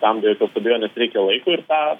tam be jokios abejonės reikia laiko ir tą